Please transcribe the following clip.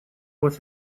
with